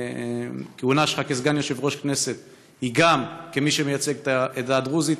הכהונה שלך כסגן יושב-ראש הכנסת היא גם כמי שמייצג את העדה הדרוזית,